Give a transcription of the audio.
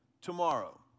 tomorrow